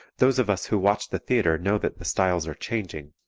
those of us who watch the theatre know that the styles are changing,